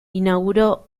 inauguró